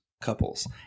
couples